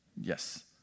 yes